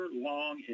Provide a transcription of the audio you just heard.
long